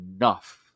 enough